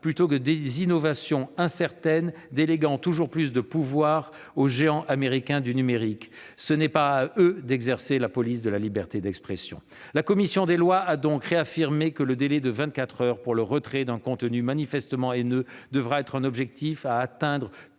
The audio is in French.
plutôt que des innovations incertaines déléguant toujours plus de pouvoir aux géants américains du numérique. Ce n'est pas à eux d'exercer la police de la liberté d'expression ! La commission des lois a donc réaffirmé que le délai de vingt-quatre heures pour le retrait d'un contenu manifestement haineux devra être un objectif à atteindre pour